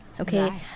Okay